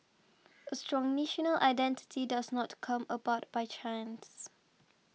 a strong national identity does not come about by chance